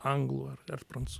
anglų ar ar prancū